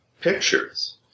pictures